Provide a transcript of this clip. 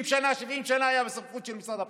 30 שנה, 70 שנה, זה היה בסמכות של משרד הפנים.